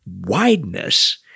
wideness